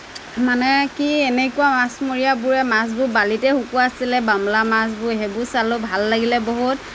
মানে কি এনেকুৱা মাছ মৰিয়াবোৰে মাছবোৰ বালিতে শুকুৱাইছিলে বামলা মাছবোৰ সেইবোৰ চালোঁ ভাল লাগিলে বহুত